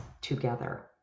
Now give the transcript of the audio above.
together